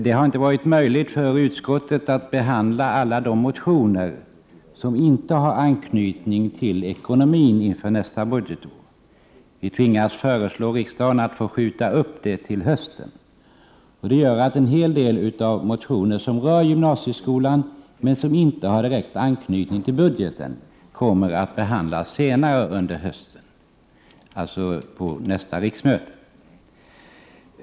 Det har inte varit möjligt för utskottet att behandla alla de motioner som inte har anknytning till ekonomin under nästa budgetår. Vi tvingas föreslå riksdagen att behandlingen av dessa motioner skjuts upp till hösten. Det innebär att en hel del motioner som rör gymnasieskolan men som inte har direkt anknytning till budgeten kommer att behandlas i höst, dvs. under nästa riksmöte.